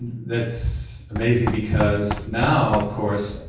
that's amazing because now of course,